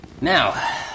Now